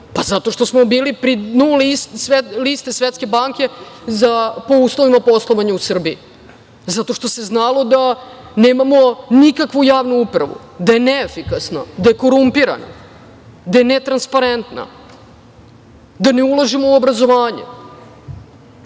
Zato što smo bili pri dnu liste Svetske banke po uslovima poslovanja u Srbiji, zato što se znalo da nemamo nikakvu javnu upravu, da je neefikasna, da je korumpirana, da netransparentna, da ne ulažemo u obrazovanje,